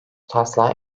taslağı